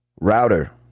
Router